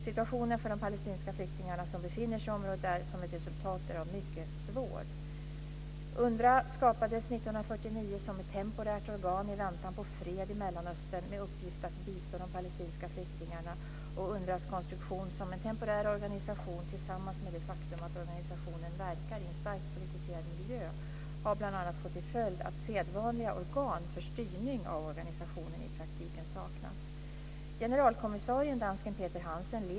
Situationen för de palestinska flyktingar som befinner sig i området är som ett resultat därav mycket svår. UNRWA skapades 1949 som ett temporärt organ, i väntan på fred i Mellanöstern, med uppgift att bistå de palestinska flyktingarna. UNRWA:s konstruktion som en temporär organisation tillsammans med det faktum att organisationen verkar i en starkt politiserad miljö har bl.a. fått till följd att sedvanliga organ för styrning av organisationen i praktiken saknas.